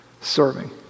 serving